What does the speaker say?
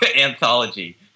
anthology